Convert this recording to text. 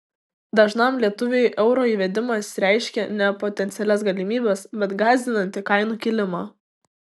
dažnam lietuviui euro įvedimas reiškia ne potencialias galimybes bet gąsdinantį kainų kilimą